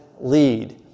lead